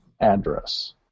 address